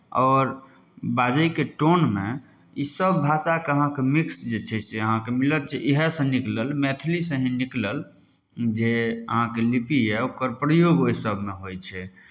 आओर बाजयके टोनमे इसभ भाषाके अहाँके मिक्स जे छै से मिलत जे इएहसँ निकलल मैथिलीसँ ही निकलल जे अहाँके लिपि यए ओकर प्रयोग ओहि सभमे होइ छै